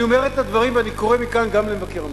אני אומר את הדברים ואני קורא מכאן גם למבקר המדינה: